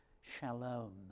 shalom